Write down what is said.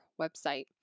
website